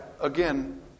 again